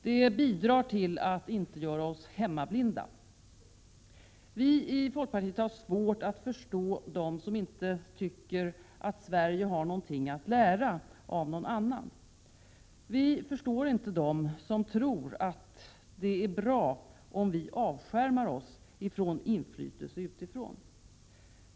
Det bidrar till att inte göra oss hemmablinda. Vi i folkpartiet har svårt att förstå dem som inte tycker att Sverige har någonting att lära av någon annan. Vi förstår inte dem som tror att det är bra om vi avskärmar oss från inflytande utifrån.